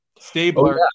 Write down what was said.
Stabler